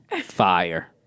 Fire